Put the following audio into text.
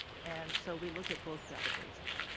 and so we look at both databases.